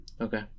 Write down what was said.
Okay